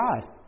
God